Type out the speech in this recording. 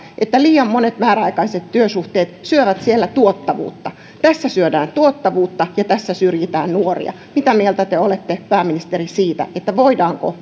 että liian monet määräaikaiset työsuhteet syövät siellä tuottavuutta tässä syödään tuottavuutta ja tässä syrjitään nuoria mitä mieltä te olette pääministeri siitä voidaanko